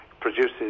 produces